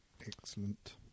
Excellent